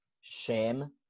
shame